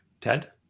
Ted